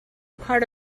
part